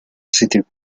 c’était